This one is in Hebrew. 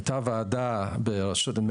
הייתה ועדה ברשות,